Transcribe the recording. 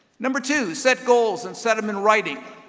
number two, set goals and set them in writing.